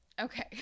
Okay